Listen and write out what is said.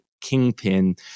kingpin